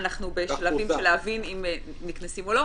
אנחנו בשלבים להבין אם נקנסים או לא,